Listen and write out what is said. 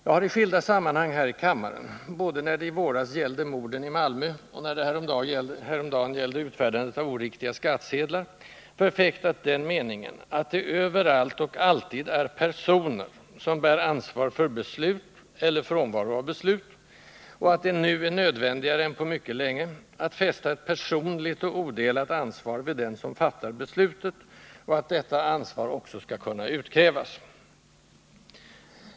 Jag har i skilda sammanhang här i kammaren, både när det i våras gällde morden i Malmö och när det häromdagen gällde utfärdandet av oriktiga skattsedlar, förfäktat den meningen att det överallt och alltid är personer, som bär ansvar för beslut , och att det nu är nödvändigare än på mycket länge att fästa ett personligt och odelat ansvar vid den som fattar beslutet — och att detta ansvar också skall kunna utkrävas.